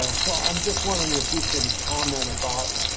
ah so, i'm just wondering if you can comment about.